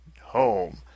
home